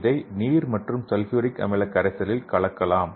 இதை நீர் மற்றும் சல்பூரிக் அமிலக் கரைசலில் கலக்கலாம்